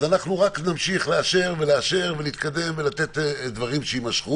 אנחנו רק נמשיך לאשר ולאשר, להתקדם ודברים יימשכו,